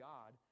God